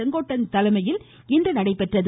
செங்கோட்டையன் தலைமையில் இன்று நடைபெற்றது